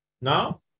Now